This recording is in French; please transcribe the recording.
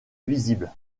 visible